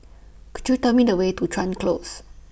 Could YOU Tell Me The Way to Chuan Close